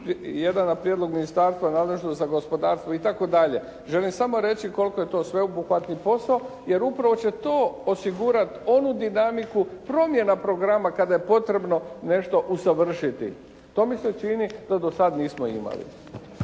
jedan na prijedlog ministarstva nadležnog za gospodarstvo itd. Želim samo reći koliko je to sveobuhvatni posao jer upravo će to osigurati onu dinamiku promjena programa kada je potrebno nešto usavršiti. To mi se čini da do sad nismo imali.